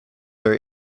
her